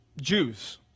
Jews